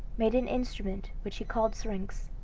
made an instrument which he called syrinx,